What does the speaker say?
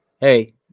hey